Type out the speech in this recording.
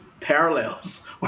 parallels